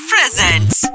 Presents